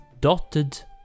dotted